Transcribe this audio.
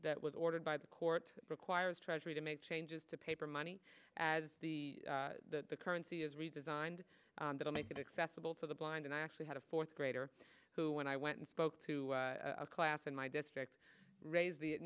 that was ordered by the court requires treasury to make changes to paper money as the currency is redesigned to make it accessible to the blind and i actually had a fourth grader who when i went and spoke to a class in my district raised the